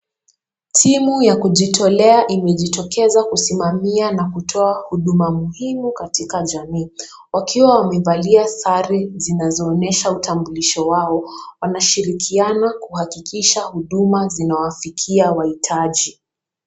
Timu ya kujitolea imejitokeza na kusimamia na kutoa huduma muhimu katika jamii. Wakiwa wamevalia sare zikionyesha utambuliko wao. Wanashirikiana kuhakikisha huduma zinawafikia wahitaji.